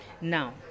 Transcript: Now